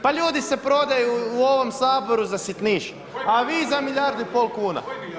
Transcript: Pa ljudi se prodaju u ovom Saboru za sitniš, a vi za milijardu i pol kuna.